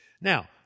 Now